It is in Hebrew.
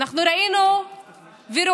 אנחנו ראינו ורואים